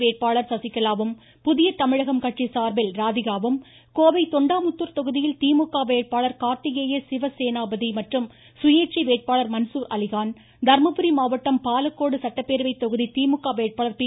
வேட்பாளர் சசிகலாவும் புதிய தமிழகம் கட்சி சார்பில் ராதிகாவும் கோவை தொண்டாமுத்தூர் தொகுதியில் திமுக வேட்பாளர் கார்த்திகேய சிவசேனாபதி மற்றும் சுயேச்சை வேட்பாளர் மன்சூர் அலிகான் தர்மபுரி மாவட்டம் பாலக்கோடு சட்டப்பேரவை தொகுதி திமுக வேட்பாளர் பி